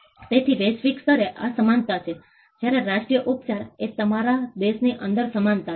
તેથી વૈશ્વિક સ્તરે આ સમાનતા છે જ્યારે રાષ્ટ્રીય ઉપચાર એ તમારા દેશની અંદર સમાનતા છે